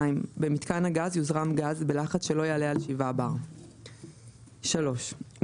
(2)במיתקן הגז יוזרם גז בלחץ שלא יעלה על 7 בר (bar); (3)מיתקן